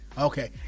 Okay